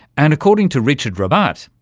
and, according to richard rabbat,